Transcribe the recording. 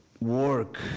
work